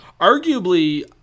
arguably